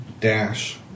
Dash